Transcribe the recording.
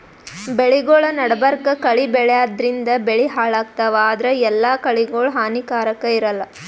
ಬೆಳಿಗೊಳ್ ನಡಬರ್ಕ್ ಕಳಿ ಬೆಳ್ಯಾದ್ರಿನ್ದ ಬೆಳಿ ಹಾಳಾಗ್ತಾವ್ ಆದ್ರ ಎಲ್ಲಾ ಕಳಿಗೋಳ್ ಹಾನಿಕಾರಾಕ್ ಇರಲ್ಲಾ